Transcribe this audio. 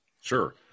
Sure